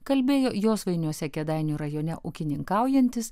kalbėjo josvainiuose kėdainių rajone ūkininkaujantis